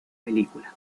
película